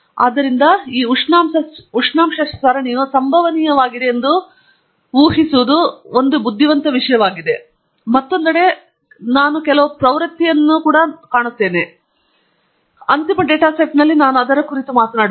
ಆದ್ದರಿಂದ ಈ ಉಷ್ಣಾಂಶ ಸರಣಿಯು ಸಂಭವನೀಯವಾಗಿದೆ ಎಂದು ಊಹಿಸಲು ಒಂದು ಬುದ್ಧಿವಂತ ವಿಷಯವಾಗಿರಬಹುದು ಆದರೆ ಮತ್ತೊಂದೆಡೆ ನಾನು ಕೆಲವು ಪ್ರವೃತ್ತಿಯನ್ನು ಕೂಡಾ ಕಾಣುತ್ತೇವೆ ಮತ್ತು ಮುಂದಿನ ಮತ್ತು ಅಂತಿಮ ಡೇಟಾ ಸೆಟ್ನಲ್ಲಿ ನಾವು ಅದರ ಕುರಿತು ಮಾತನಾಡುತ್ತೇವೆ